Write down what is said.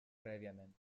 prèviament